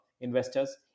investors